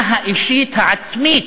מהתרדמה האישית העצמית,